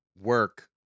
work